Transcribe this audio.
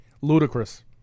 Ludicrous